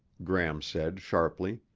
gram said sharply.